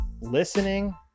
listening